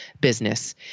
business